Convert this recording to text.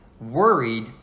worried